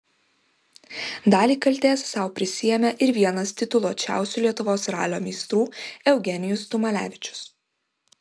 dalį kaltės sau prisiėmė ir vienas tituluočiausių lietuvos ralio meistrų eugenijus tumalevičius